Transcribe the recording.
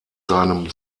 seinem